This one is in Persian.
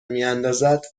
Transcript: میاندازد